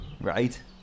Right